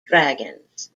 dragons